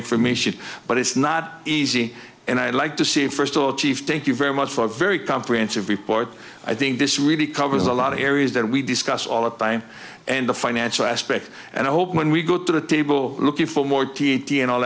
information but it's not easy and i'd like to see first of all chief thank you very much for a very comprehensive report i think this really covers a lot of areas that we discuss all the time and the financial aspect and i hope when we go to the table looking for more t t and all